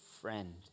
friend